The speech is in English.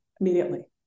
immediately